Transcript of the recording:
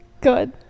Good